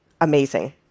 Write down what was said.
amazing